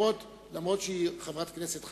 אף-על-פי שהיא חברת כנסת חדשה,